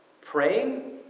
praying